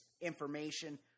information